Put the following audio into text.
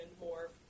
more